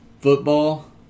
football